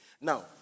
Now